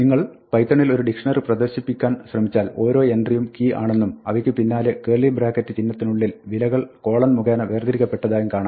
നിങ്ങൾ പൈത്തണിൽ ഒരു ഡിക്ഷ്ണറി പ്രദർശിപ്പിക്കാൻ ശ്രമിച്ചാൽ ഓരോ എൻട്രിയും കീ ആണെന്നും അവയ്ക്ക് പിന്നാലെ കേർലി ബ്രാക്കറ്റ് ചിഹ്നത്തിനുള്ളിൽ വിലകൾ കോളൻ മുഖേന വേർതിരിക്കപ്പെട്ടതായും കാണാം